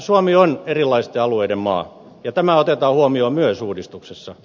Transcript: suomi on erilaisten alueiden maa ja tämä otetaan huomioon myös uudistuksessa